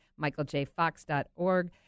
michaeljfox.org